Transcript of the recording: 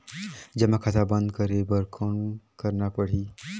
जमा खाता बंद करे बर कौन करना पड़ही?